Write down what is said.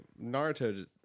Naruto